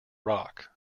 rock